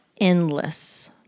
endless